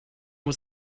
was